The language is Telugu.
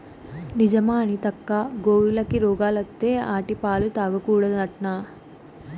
నిజమా అనితక్కా, గోవులకి రోగాలత్తే ఆటి పాలు తాగకూడదట్నా